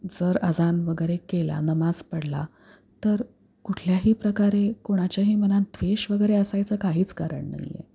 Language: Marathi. जर अजान वगैरे केला नमाज पडला तर कुठल्याही प्रकारे कोणाच्याही मनात द्वेष वगैरे असायचं काहीच कारण नाही आहे